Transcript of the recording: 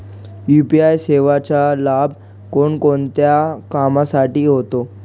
UPI सेवेचा लाभ कोणकोणत्या कामासाठी होतो?